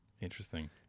Interesting